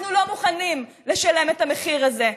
אנחנו לא מוכנים לשלם את המחיר הזה.